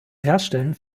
herstellen